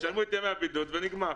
שישלמו את ימי הבידוד ונגמר.